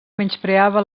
menyspreava